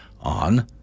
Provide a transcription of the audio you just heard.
on